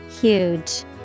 Huge